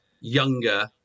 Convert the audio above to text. younger